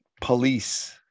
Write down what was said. police